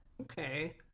Okay